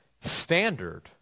standard